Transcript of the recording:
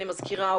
אני מזכירה,